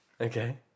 Okay